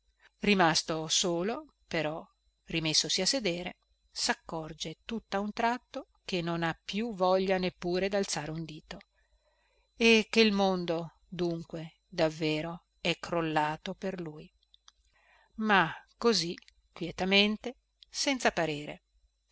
rimasto solo però rimessosi a sedere saccorge tutta un tratto che non ha più voglia neppure dalzare un dito e che il mondo dunque davvero è crollato per lui ma così quietamente senza parere